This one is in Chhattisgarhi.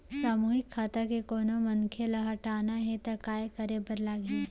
सामूहिक खाता के कोनो मनखे ला हटाना हे ता काय करे बर लागही?